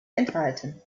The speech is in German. enthalten